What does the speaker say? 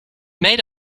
made